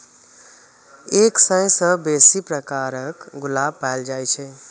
एक सय सं बेसी प्रकारक गुलाब पाएल जाए छै